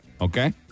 Okay